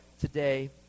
today